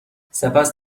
سپس